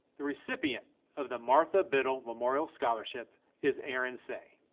the recipient of the martha biddle memorial scholarship is aaron seay.